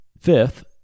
fifth